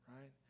right